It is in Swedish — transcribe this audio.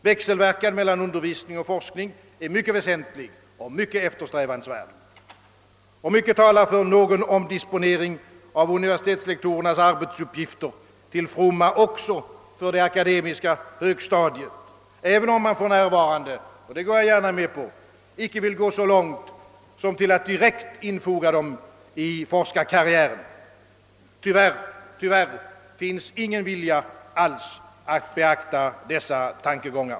Växelverkan mellan un dervisning och forskning är mycket väsentlig och eftersträvansvärd, och mycket talar för någon omdisponering av universitetslektorernas arbete till fromma också för det akademiska högstadiet, även om man för närvarande — det skall sägas — inte vill gå så långt som till att direkt infoga dem i forskarkarriären. Tyvärr, tyvärr finns ingen vilja alls att beakta dessa tankegångar.